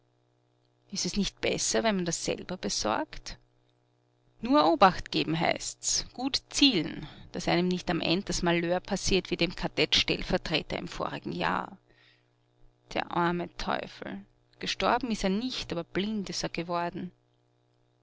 ist es nicht besser wenn man das selber besorgt nur obacht geben heißt's gut zielen daß einem nicht am end das malheur passiert wie dem kadett stellvertreter im vorigen jahr der arme teufel gestorben ist er nicht aber blind ist er geworden